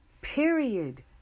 period